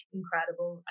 incredible